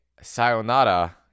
sayonara